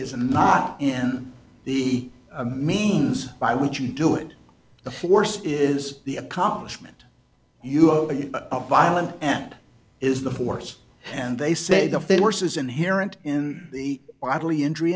and not in the means by which you do it the force is the accomplishment you are violent and is the force and they say the fear worse is inherent in the widely injury